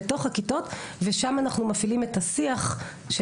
לתוך הכיתות ושם אנחנו מפעילים את השיח של